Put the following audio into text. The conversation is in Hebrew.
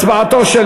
הצבעתו של